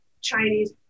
Chinese